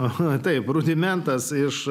aha taip rudimentas iš